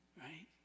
right